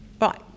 Right